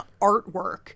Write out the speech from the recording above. artwork